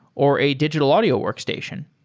or a digital audio workstation.